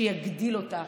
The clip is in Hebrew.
שיגדיל לה,